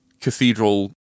cathedral